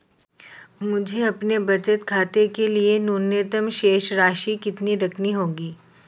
मुझे अपने बचत खाते के लिए न्यूनतम शेष राशि कितनी रखनी होगी?